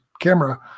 camera